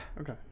Okay